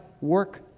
work